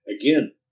again